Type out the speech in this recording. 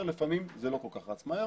לפעמים זה לא כול כך רץ מהר